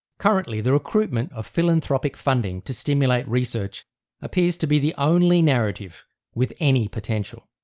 currently the recruitment of philanthropic funding to stimulate research appears to be the only narrative with any potential.